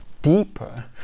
deeper